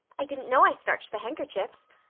i didn't know i starched the handkerchiefs.